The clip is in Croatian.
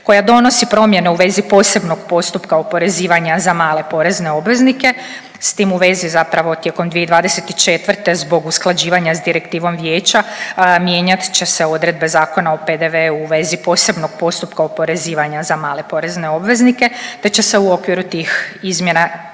koja donosi promjene u vezi posebnog postupka oporezivanja za male porezne obveznike. S tim u vezi zapravo tijekom 2024. zbog usklađivanja s direktivom vijeća mijenjat će se odredbe Zakona o PDV-u u vezi posebnog postupka oporezivanja za male porezne obveznike te će se u okviru tih izmjena